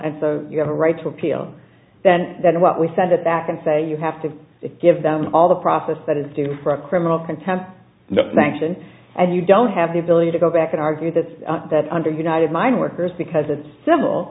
and so you have a right to appeal then that is what we send it back and say you have to give them all the process that is due for a criminal contempt no thanks and and you don't have the ability to go back and argue that that under united mine workers because it's civil